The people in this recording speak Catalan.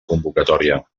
convocatòria